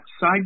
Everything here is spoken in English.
side